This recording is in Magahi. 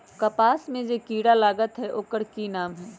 कपास में जे किरा लागत है ओकर कि नाम है?